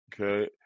okay